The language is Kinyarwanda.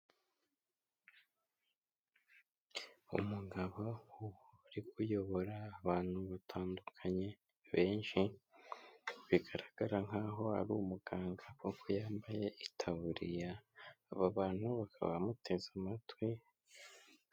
Umugabo uri kuyobora abantu batandukanye benshi, bigaragara nkaho ari umuganga kuko yambaye itaburiya, aba bantu bakaba bamuteze amatwi...